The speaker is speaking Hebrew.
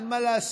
אין מה לעשות.